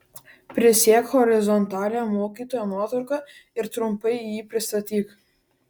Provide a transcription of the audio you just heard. prisek horizontalią mokytojo nuotrauką ir trumpai jį pristatyk